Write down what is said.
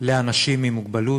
לאנשים עם מוגבלות.